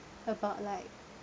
about like